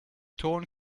torn